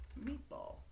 meatball